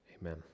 Amen